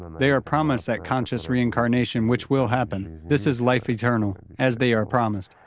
they are promised that conscious reincarnation which will happen this is life eternal as they are promised.